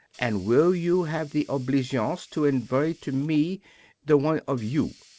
and will you have the obligeance to envoy to me the one of you?